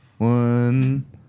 One